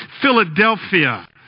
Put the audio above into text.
Philadelphia